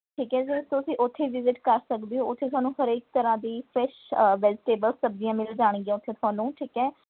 ਠੀਕ ਹੈ ਸਰ ਤੁਸੀਂ ਉੱਥੇ ਵਿਜ਼ਿਟ ਕਰ ਸਕਦੇ ਹੋ ਉੱਥੇ ਤੁਹਾਨੂੰ ਹਰੇਕ ਤਰ੍ਹਾਂ ਦੀ ਫ੍ਰੈਸ਼ ਵੈਜੀਟੇਬਲ ਸਬਜ਼ੀਆਂ ਮਿਲ ਜਾਣਗੀਆਂ ਉੱਥੇ ਤੁਹਾਨੂੰ ਠੀਕ ਹੈ